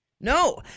No